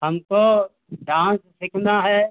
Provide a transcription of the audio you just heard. हमको डांस सीखना है